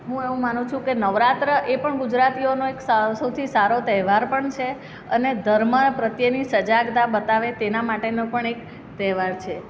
હું એવું માનું છું કે નવરાત્ર એ પણ ગુજરાતીઓનો એક સા સૌથી સારો તહેવાર પણ છે અને ધર્મ પ્રત્યેની સજાગતા બતાવે તેના માટેનો પણ એક તહેવાર છે